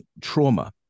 Trauma